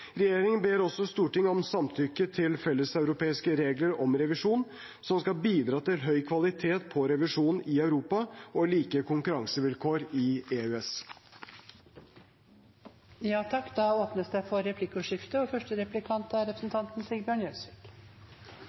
Regjeringen ber også Stortinget om samtykke til felleseuropeiske regler om revisjon som skal bidra til høy kvalitet på revisjon i Europa og like konkurransevilkår i